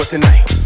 Tonight